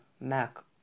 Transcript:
Mac